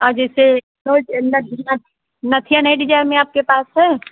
और जैसे वह न नथ नथिया नए डिजाइन में आपके पास है